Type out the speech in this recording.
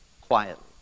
quietly